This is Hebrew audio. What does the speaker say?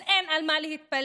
אז אין על מה להתפלא.